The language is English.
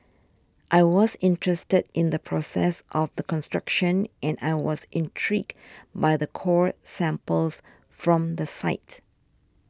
I was interested in the process of the construction and I was intrigued by the core samples from the site